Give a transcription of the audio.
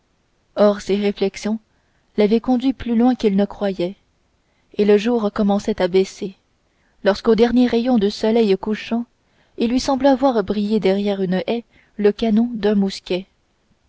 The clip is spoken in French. or ces réflexions l'avaient conduit plus loin qu'il ne croyait et le jour commençait à baisser lorsqu'au dernier rayon du soleil couchant il lui sembla voir briller derrière une haie le canon d'un mousquet